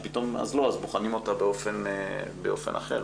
שפתאום בוחנים אותה באופן אחר.